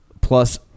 plus